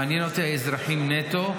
מעניין אותי האזרחים נטו,